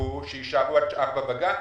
שיישארו עד 4:00 בגן?